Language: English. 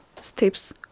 steps